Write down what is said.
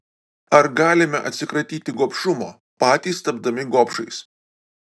ar galime atsikratyti gobšumo patys tapdami gobšais